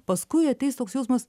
paskui ateis toks jausmas